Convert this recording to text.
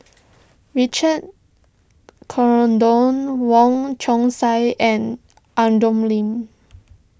Richard Corridon Wong Chong Sai and Lim